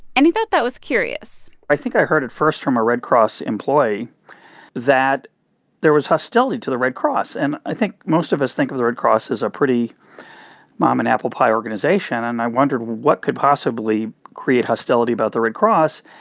and he thought that was curious i think i heard it first from a red cross employee that there was hostility to the red cross. and i think most of us think of the red cross as a pretty mom-and-apple-pie organization, and i wondered, well, what could possibly create hostility about the red cross?